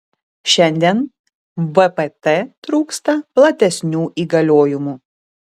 šiandien vpt trūksta platesnių įgaliojimų